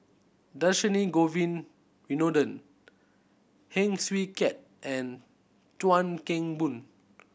Dhershini Govin Winodan Heng Swee Keat and Chuan Keng Boon